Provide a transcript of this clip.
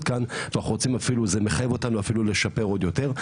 כאן וזה מחייב אותנו לשפר אפילו עוד יותר.